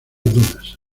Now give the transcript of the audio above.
dunas